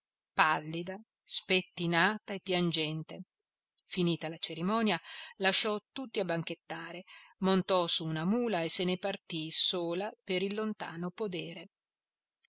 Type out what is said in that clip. pallida spettinata e piangente finita la cerimonia lasciò tutti a banchettare montò su una mula e se ne partì sola per il lontano podere